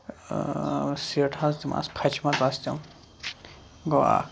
سیٖٹہٕ حظ تِم آسہٕ پھچمَژٕ آسہٕ تِم گوٚو اکھ